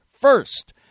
First